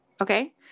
okay